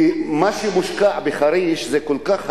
כי מה שמושקע בחריש זה כל כך הרבה,